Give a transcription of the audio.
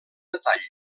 detall